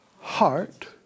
heart